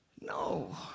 No